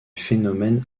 phénomènes